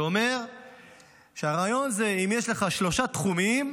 זה אומר שהרעיון הוא שאם יש לך שלושה תחומים,